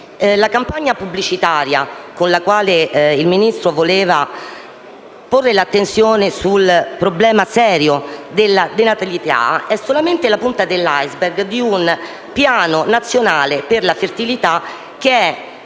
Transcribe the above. la campagna pubblicitaria con la quale il Ministro voleva porre l'attenzione sul problema serio della denatalità è solamente la punta dell'*iceberg* di un Piano nazionale per la fertilità che,